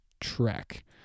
trek